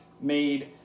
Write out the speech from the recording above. made